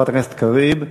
תודה, חברת הכנסת קריב.